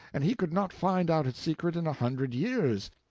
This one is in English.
and he could not find out its secret in a hundred years.